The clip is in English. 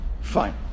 Fine